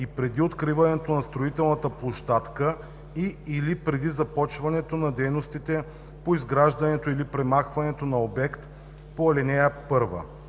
и преди откриването на строителната площадка и/или преди започването на дейностите по изграждане или премахване на обект по ал. 1.